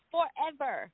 Forever